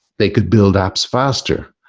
they could build apps faster.